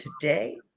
today